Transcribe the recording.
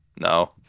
No